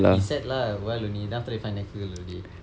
he sad lah a while only then after that find next girl already